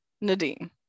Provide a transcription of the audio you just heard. Nadine